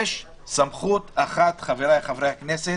יש סמכות אחת, חבריי חברי הכנסת,